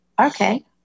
Okay